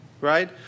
right